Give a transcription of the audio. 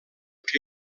que